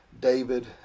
david